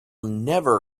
never